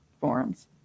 forums